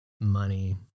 money